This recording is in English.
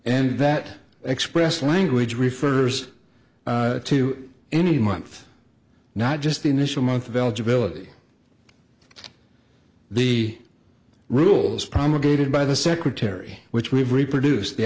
and that expressed language we first to any month not just the initial month of eligibility the rules promulgated by the secretary which we reproduce the